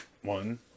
one